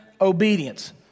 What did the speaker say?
obedience